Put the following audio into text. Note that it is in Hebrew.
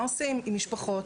מה עושים עם משפחות